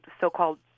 so-called